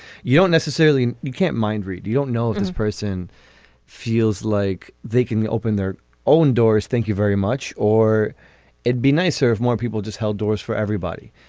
you don't necessarily you can't mind read. you don't know this person feels like they can open their own doors. thank you very much. or it'd be nicer if more people just held doors for everybody.